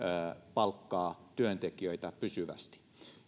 palkkaa työntekijöitä pysyvästi